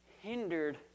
hindered